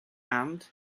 and